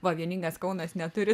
va vieningas kaunas neturi